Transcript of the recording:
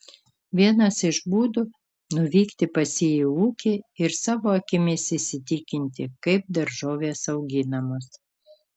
vienas iš būdų nuvykti pas jį į ūkį ir savo akimis įsitikinti kaip daržovės auginamos